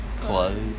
clothes